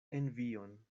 envion